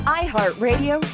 iHeartRadio